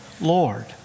Lord